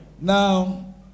Now